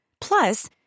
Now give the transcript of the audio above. Plus